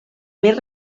més